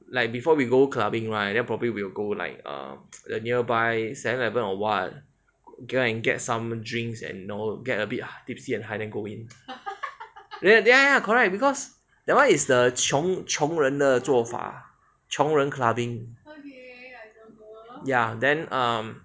like before we go clubbing right then probably we will go like err the nearby seven eleven or what go and get some drinks and you know get a bit tipsy and high then ya ya ya correct because that one is the 穷人的做法穷人 clubbing ya then um